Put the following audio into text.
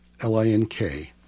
L-I-N-K